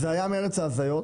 זו הזיה מארץ ההזיות.